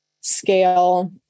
scale